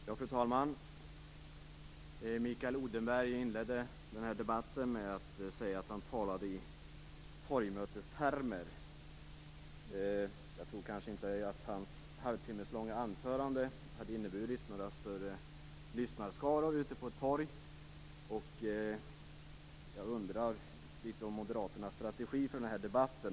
Fru talman! Mikael Odenberg inledde den här debatten med att säga att han talade i torgmötestermer. Jag tror kanske inte att hans halvtimmeslånga anförande hade inneburit några större lyssnarskaror ute på ett torg, och jag undrar litet över Moderaternas strategi för den här debatten.